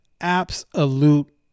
absolute